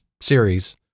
series